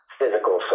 physical